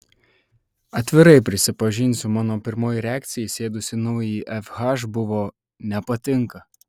atvirai prisipažinsiu mano pirmoji reakcija įsėdus į naująjį fh buvo nepatinka